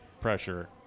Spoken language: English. pressure